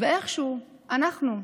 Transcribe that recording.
ואיכשהו אנחנו,